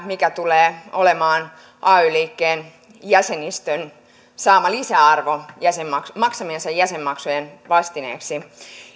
mikä tulee olemaan ay liikkeen jäsenistön saama lisäarvo maksamiensa jäsenmaksujen vastineeksi